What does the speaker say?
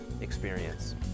experience